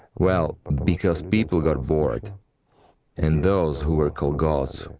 well, because people got bored and those who were called gods,